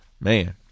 man